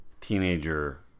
teenager